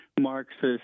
Marxist